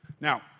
Now